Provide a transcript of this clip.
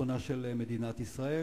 לביטחונה של מדינת ישראל.